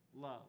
love